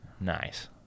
Nice